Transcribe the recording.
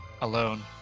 Alone